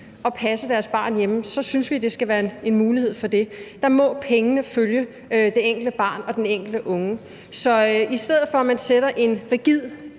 at passe deres børn hjemme, synes vi, der skal være en mulighed for det – dér må pengene følge det enkelte barn og den enkelte unge. Så i forhold til at man sætter en rigid